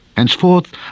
Henceforth